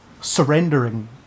surrendering